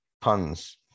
puns